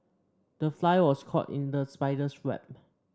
the fly was caught in the spider's web